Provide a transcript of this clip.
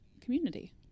community